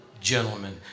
gentlemen